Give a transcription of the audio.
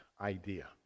idea